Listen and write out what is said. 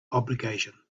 obligation